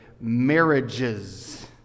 marriages